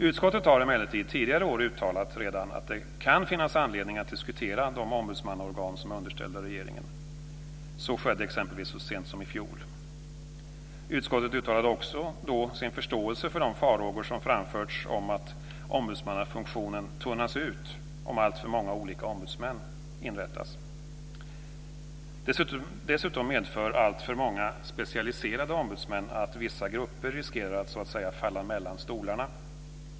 Utskottet har emellertid tidigare år uttalat att det kan finnas anledning att diskutera de ombudsmannaorgan som är underställda regeringen. Så skedde exempelvis så sent som i fjol. Utskottet uttalade då också sin förståelse för de farhågor som framförts om att ombudsmannafunktionen tunnas ut om alltför många olika ombudsmän inrättas. Dessutom medför alltför många specialiserade ombudsmän att vissa grupper riskerar att så att säga falla mellan stolarna.